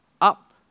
up